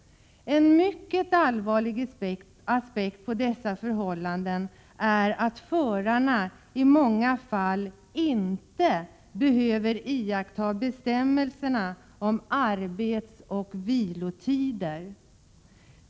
En mycket allvarlig aspekt när det gäller dessa förhållanden är att förarna i många fall inte behöver iaktta bestämmelserna om arbetsoch vilotider.